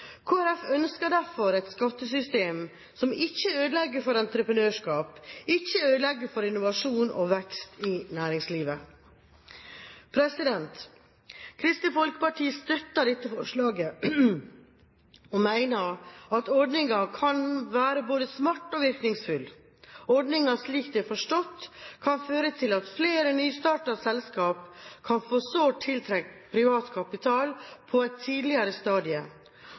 Folkeparti ønsker derfor et skattesystem som ikke ødelegger for entreprenørskap, ikke ødelegger for innovasjon og vekst i næringslivet. Kristelig Folkeparti støtter dette forslaget og mener at ordningen kan være både smart og virkningsfull. Ordningen, slik den er forstått, kan føre til at flere nystartede selskap kan få sårt tiltrengt privat kapital på et tidligere